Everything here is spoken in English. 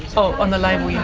so on the label